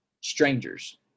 strangers